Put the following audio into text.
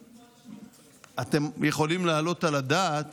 אתם יכולים להעלות על הדעת